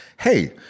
hey